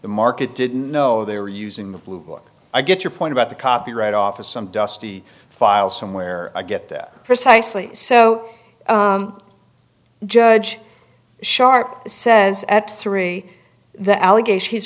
the market didn't know they were using the book i get your point about the copyright office some dusty file somewhere i get that precisely so judge sharp says at three the allegation